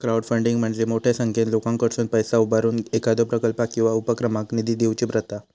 crowdfunding म्हणजे मोठ्यो संख्येन लोकांकडसुन पैसा उभारून एखाद्यो प्रकल्पाक किंवा उपक्रमाक निधी देऊची प्रथा